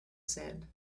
sand